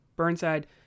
Burnside